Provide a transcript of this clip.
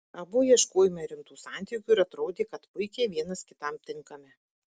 abu ieškojome rimtų santykių ir atrodė kad puikiai vienas kitam tinkame